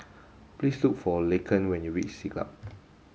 please look for Laken when you reach Siglap